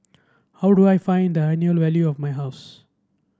how do I find the annual value of my house